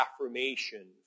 affirmation